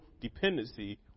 dependency